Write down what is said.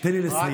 תן לי לסיים.